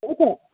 हो त